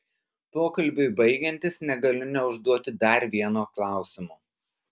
pokalbiui baigiantis negaliu neužduoti dar vieno klausimo